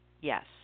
Yes